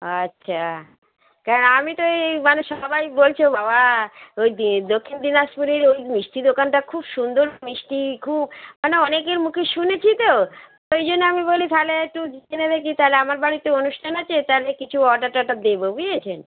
আচ্ছা ক আমি তো ওই মানে সবাই বলছ বাবা ওই দক্ষিণ দিনাজপুরের ওই মিষ্টি দোকানটা খুব সুন্দর মিষ্টি খুব মানে অনেকের মুখে শুনেছি তো ওই জন্য আমি বলি তাহলে একটু দেখে দেখি তাহলে আমার বাড়িতে অনুষ্ঠান আছে তাহলে কিছু অর্ডার টোরডার দেবো বুঝিয়েছেন